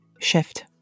shift